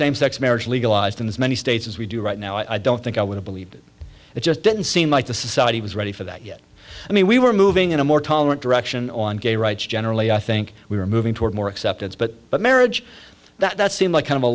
same sex marriage legalized in as many states as we do right now i don't think i would have believed it just didn't seem like the society was ready for that yet i mean we were moving in a more tolerant direction on gay rights generally i think we were moving toward more acceptance but but marriage that seemed like kind of a